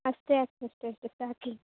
ಅಷ್ಟೇ ಅಷ್ಟೇ ಅಷ್ಟೇ ಅಷ್ಟೇ ಸಾಕ್ರಿ